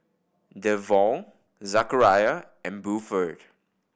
Devaughn Zachariah and Buford